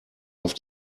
auf